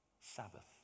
Sabbath